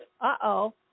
Uh-oh